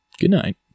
Goodnight